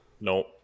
nope